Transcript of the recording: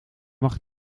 mag